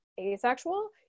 asexual